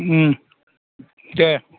दे